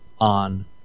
on